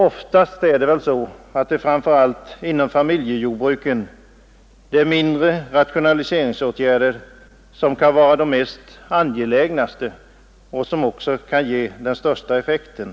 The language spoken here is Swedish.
Oftast är det väl, framför allt inom familjejordbruken, mindre rationaliseringsåtgärder som kan vara mest angelägna och kanske också ge den största effekten.